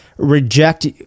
Reject